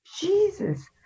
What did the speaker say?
Jesus